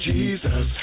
Jesus